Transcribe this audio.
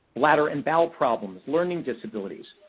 bladder and bowel problems, learning disabilities.